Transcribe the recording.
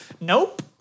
nope